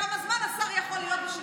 כמה זמן השר יכול להיות בשירותים.